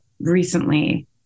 recently